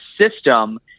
system